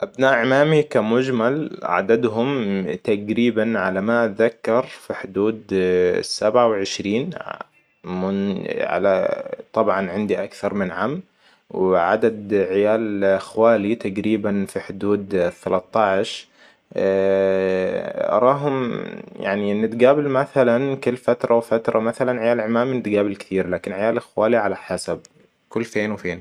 أبناء عمامي كمجمل عددهم تقريباً على ما أتذكر في حدود سبعة وعشرين من على طبعاً عندي أكثر من عم وعدد عيال إخوالي تقريباً في حدود ثلاثطعش أراهم يعني نتقابل مثلاً كل فترة وفترة مثلا ً عيال أعمامي نتقابل كثير لكن عيال إخوالي على حسب كل فين وفين